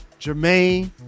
Jermaine